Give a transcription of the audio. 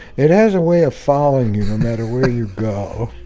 it has a way of following you no ma tter where you go.